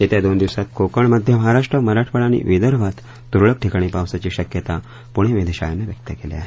येत्या दोन दिवसात कोकण मध्यमहाराष्ट्र मराठवाडा आणि विदर्भ तुरळक ठिकाणी पाऊस पडण्याची शक्यता पुणे वेधशाळेनं व्यक्त केली आहे